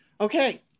Okay